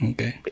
Okay